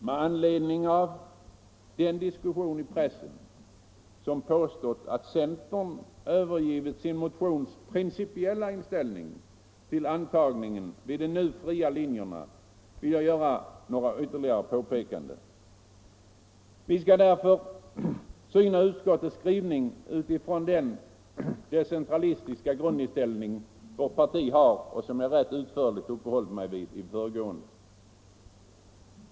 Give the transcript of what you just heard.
Med anledning av den diskussion i pressen där man påstått att centern övergivit sin motions principiella inställning till antagningen vid de nu fria linjerna vill jag göra några ytterligare påpekanden. Vi skall därför syna utskottets skrivning utifrån den decentralistiska grundinställning vårt parti har och som jag rätt utförligt uppehållit mig vid i det föregående.